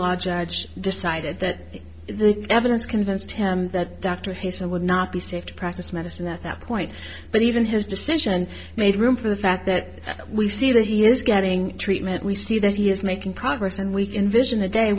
law judge decided that the evidence convinced him that dr hasan would not be safe to practice medicine at that point but even his decision made room for the fact that we see that he is getting treatment we see that he is making progress and we can vision a day